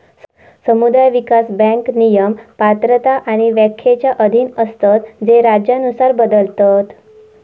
समुदाय विकास बँक नियम, पात्रता आणि व्याख्येच्या अधीन असतत जे राज्यानुसार बदलतत